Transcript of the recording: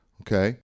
okay